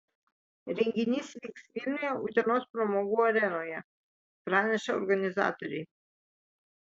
renginys vyks vilniuje utenos pramogų arenoje praneša organizatoriai